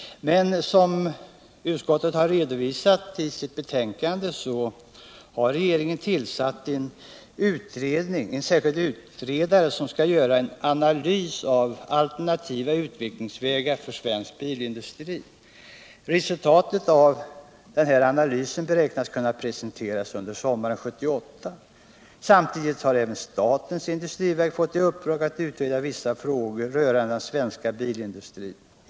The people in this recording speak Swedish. Men som utskottet redovisat i sitt betänkande har regeringen tillsatt en särskild utredare som skall göra en analys av alternativa utvecklingsvägar för svensk bilindustri. Resultatet av denna analys beräknas kunna presenteras under sommaren 1978. Samtidigt har även statens industriverk fått i uppdrag att utreda vissa frågor rörande den svenska bilindustrin.